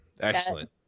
Excellent